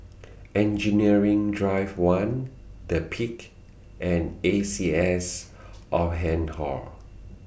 Engineering Drive one The Peak and A C S Oldham Hall